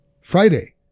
Friday